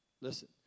Listen